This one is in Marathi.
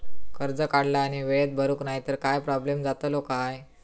कर्ज काढला आणि वेळेत भरुक नाय तर काय प्रोब्लेम जातलो काय?